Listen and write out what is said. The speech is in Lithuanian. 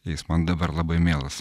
jis man dabar labai mielas